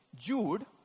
Jude